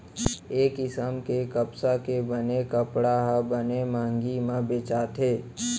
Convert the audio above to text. ए किसम के कपसा के बने कपड़ा ह बने मंहगी म बेचाथे